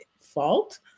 fault